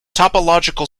topological